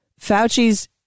Fauci's